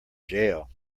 jail